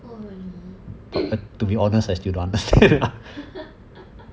oh really